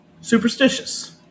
superstitious